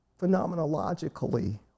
phenomenologically